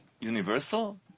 universal